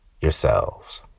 yourselves